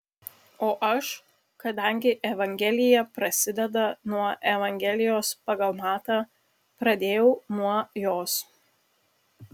o aš kadangi evangelija prasideda nuo evangelijos pagal matą pradėjau nuo jos